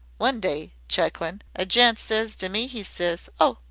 one day, chuckling, a gent ses to me he ses oh!